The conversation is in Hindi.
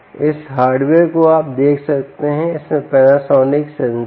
इस हार्डवेयर को आप देख सकते हैं कि इसमें पैनासोनिक सेंसर है